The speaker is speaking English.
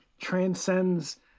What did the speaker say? transcends